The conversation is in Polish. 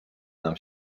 nam